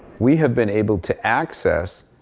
we have been able to access,